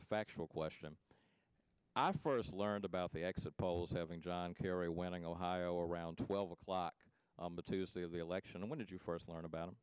a factual question i first learned about the exit polls having john kerry winning ohio around twelve o'clock on the tuesday of the election and what did you first learn about